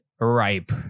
ripe